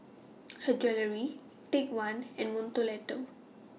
Her Jewellery Take one and Mentholatum